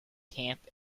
camp